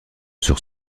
sur